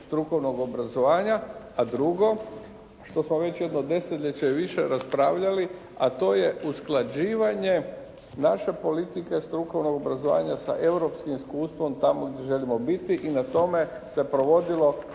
strukovnog obrazovanja. A drugo što smo već jedno desetljeće i više raspravljali, a to je usklađivanje naše politike strukovnog obrazovanja sa europskim iskustvom tamo gdje želimo biti i na tome se provodilo